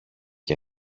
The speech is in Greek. και